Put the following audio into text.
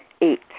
Eight